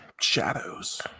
Shadows